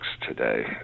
today